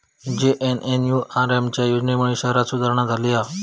JNNURM च्या योजनेमुळे शहरांत सुधारणा झाली हा